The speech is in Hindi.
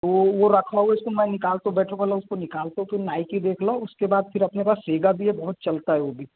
वो वो रखा हुआ है उसको मैं निकालता हूँ बैठो भला उसको निकालता हूँ तुम नाइकी देख लो उसके बाद फिर अपने पास सेगा भी है बहुत चलता है वो भी